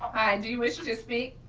do you wish to speak?